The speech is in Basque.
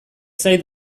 zait